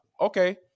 Okay